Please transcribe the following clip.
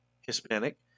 Hispanic